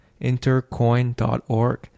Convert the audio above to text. Intercoin.org